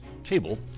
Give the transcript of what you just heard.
Table